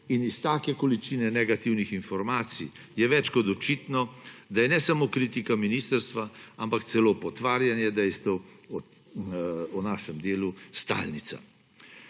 in iz take količine negativnih informacij je več kot očitno, da je ne samo kritika ministrstva, ampak celo potvarjanje dejstev o našem delu stalnica.